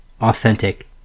authentic